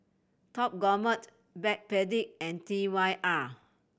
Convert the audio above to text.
Top Gourmet Backpedic and T Y R